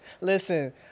Listen